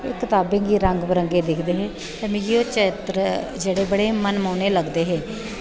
कताबें गी रंग बिरंगे दिक्खदे हे ते मिगी एह् चित्तर जेह्ड़े हे एह् बड़े मनमोहने लगदे हे